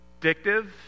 addictive